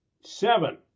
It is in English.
seven